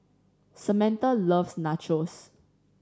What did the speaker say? Samantha loves Nachos